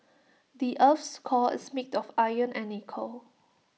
the Earth's core is made of iron and nickel